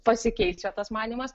pasikeičia tas manymas